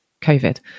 COVID